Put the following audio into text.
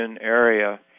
area